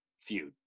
feud